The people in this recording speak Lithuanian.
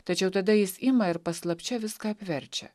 tačiau tada jis ima ir paslapčia viską apverčia